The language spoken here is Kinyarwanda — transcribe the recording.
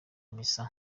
misa